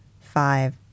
five